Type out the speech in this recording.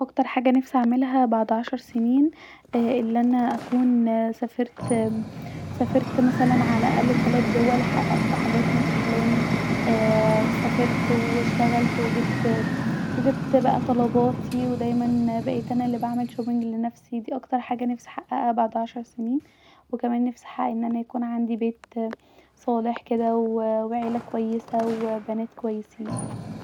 اكتر حاجه نفسي اعملها بعد عشر سنين الي انا اكون سافرت سافرت مثلا علي الاقل تلت دول حققت حاجات من احلامي ااا سافرت واشتغلت وجبت وجبت بقي طلباتي ودايما بقيت انا الي بعمل شوبنج لنفسي بس دي اكتر حاجه نفسي احققها بعد عشر سنين وكان نفسي احقق أن انا يكون عندي بيت صالح كدا وعيله كويسه وبنات كويسين